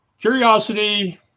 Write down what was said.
curiosity